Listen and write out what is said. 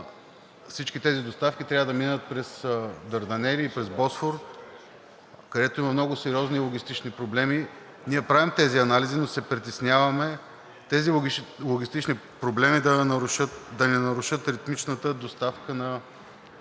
всички тези доставки трябва да минат през Дарданелите и през Босфора, където има много сериозни логистични проблеми. Ние правим тези анализи, но се притесняваме тези логистични проблеми да не нарушат ритмичната доставка на